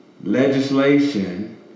legislation